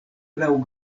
laŭ